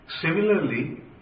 Similarly